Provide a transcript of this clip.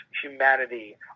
humanity